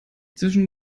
zwischen